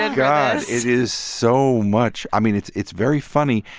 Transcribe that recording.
and god. it is so much. i mean, it's it's very funny.